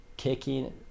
kicking